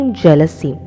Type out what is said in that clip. jealousy